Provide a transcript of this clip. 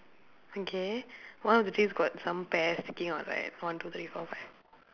okay one of the trees got some pears sticking out right one two three four five